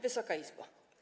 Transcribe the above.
Wysoka Izbo!